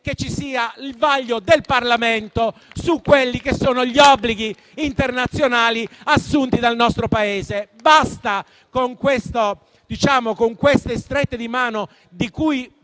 e il vaglio del Parlamento sugli obblighi internazionali assunti dal nostro Paese. Basta con queste strette di mano, di cui